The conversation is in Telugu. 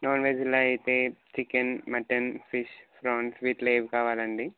నాన్ వెజ్లో అయితే చికెన్ మటన్ ఫిష్ ప్రాన్స్ వీటిలో ఏవి కావాలి అండి